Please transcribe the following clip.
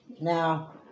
Now